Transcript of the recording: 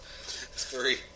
Three